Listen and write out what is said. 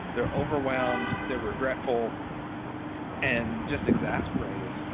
they're overwhelmed, they're regretful and just exasperated.